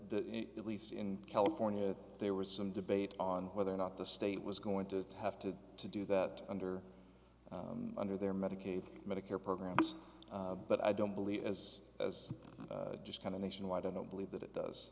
at least in california there was some debate on whether or not the state was going to have to to do that under under their medicaid medicare programs but i don't believe as as just kind of nationwide i don't believe that it does